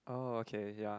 oh okay ya